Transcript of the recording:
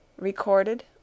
Recorded